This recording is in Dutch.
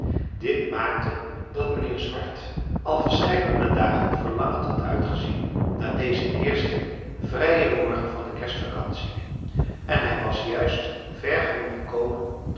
dit maakte dat mijnheer swart al verscheiden dagen verlangend had uitgezien naar dezen eersten vrijen morgen van de kerstvacantie en hij was juist ver genoeg gekomen